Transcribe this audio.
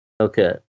Okay